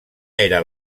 era